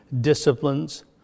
disciplines